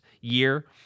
year